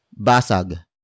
basag